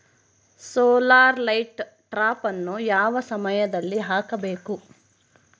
Solar light ಟ್ರಾಪನ್ನು ಯಾವ ಸಮಯದಲ್ಲಿ ಹಾಕಬೇಕು?